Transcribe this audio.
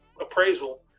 appraisal